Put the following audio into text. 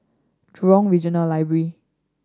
Jurong Regional Library